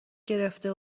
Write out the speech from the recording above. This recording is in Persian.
گرفته